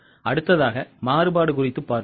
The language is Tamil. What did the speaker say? அடுத்ததாக மாறுபாடு குறித்து பார்ப்போம்